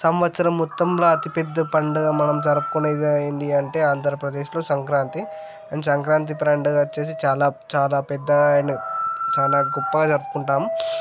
సంవత్సరం మొత్తంలో అతి పెద్ద పండుగ మనం జరుపుకునేది ఎంది అంటే ఆంధ్రప్రదేశ్లో సంక్రాంతి అండ్ సంక్రాంతి పండగ వచ్చేసి చాలా చాలా పెద్ద అండ్ చాలా గొప్పగా జరుపుకుంటాము